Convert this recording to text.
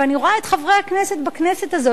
ואני רואה את חברי הכנסת בכנסת הזאת,